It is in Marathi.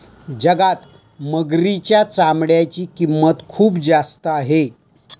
जगात मगरीच्या चामड्याची किंमत खूप जास्त आहे